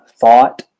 thought